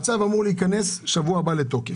הצו אמור להיכנס לתוקף בשבוע הבא.